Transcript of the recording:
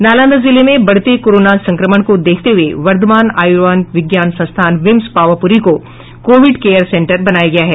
नालंदा जिले में बढ़ते कोरोना संक्रमण को देखते हुए वर्धमान आयुर्विज्ञान संस्थान विम्स पावापुरी को कोविड केयर सेंटर बनाया गया है